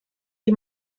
die